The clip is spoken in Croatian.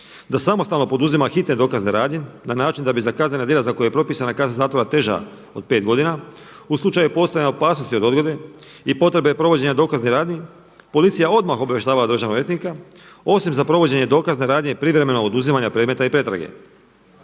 da samostalno poduzima hitne dokazne radnje na način da bi za kaznena djela za koje je propisana kazna zatvora teža od pet godina u slučaju postojanja opasnosti od odgode i potrebe provođenja dokaznih radnji, policija odmah obavještava državnog odvjetnika osim za provođenje dokazne radnje i privremenog oduzimanja predmeta i pretrage.